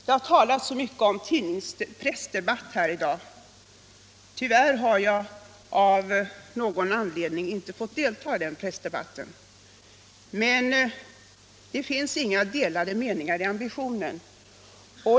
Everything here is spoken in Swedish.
Det har talats så mycket om pressdebatt här i dag. Tyvärr har jag av någon anledning inte fått delta i den debaiten. Men det finns inga delade meningar i ambitionen.